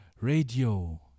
Radio